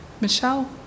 Michelle